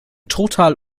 total